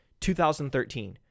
2013